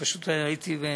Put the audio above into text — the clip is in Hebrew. אני פשוט הייתי בזה,